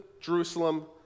Jerusalem